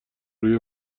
روی